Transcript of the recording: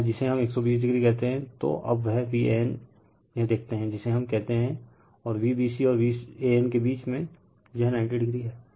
यहाँ जिसे हम 120o कहते हैं तो अब वह Van यह देखते हैं जिसे हम कहते हैं और Vbc और Vanके बीच में यह 90o है